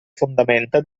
fondamenta